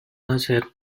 nacer